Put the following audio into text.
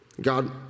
God